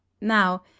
now